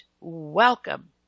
welcome